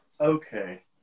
Okay